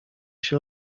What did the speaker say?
się